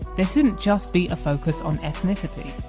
there shouldn't just be a focus on ethnicity.